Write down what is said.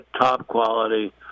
top-quality